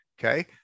Okay